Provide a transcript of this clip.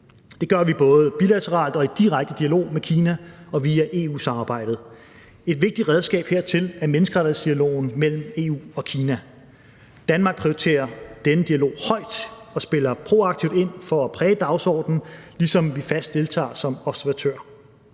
Det gør vi både bilateralt og i direkte dialog med Kina og via EU-samarbejdet. Et vigtigt redskab hertil er menneskerettighedsdialogen mellem EU og Kina. Danmark prioriterer denne dialog højt og spiller proaktivt ind for at præge dagsordenen, ligesom vi fast deltager som observatør.